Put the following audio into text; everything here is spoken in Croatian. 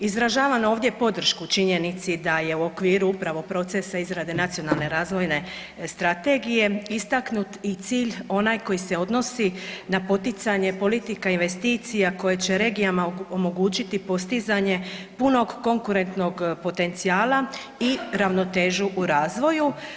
Izražavam ovdje podršku činjenici da je upravo u okviru procesa izrade Nacionalne razvojne strategije istaknut i cilj onaj koji se odnosi na poticanje politika investicija koje će regijama omogućiti postizanje punog konkurentnog potencijala i ravnotežu u razvoju.